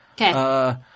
Okay